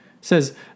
says